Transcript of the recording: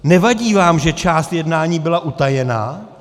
Nevadí vám, že část jednání byla utajena?